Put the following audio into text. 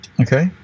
Okay